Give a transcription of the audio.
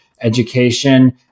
education